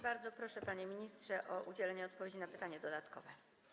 Bardzo proszę, panie ministrze, o udzielenie odpowiedzi na pytanie dodatkowe.